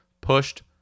pushed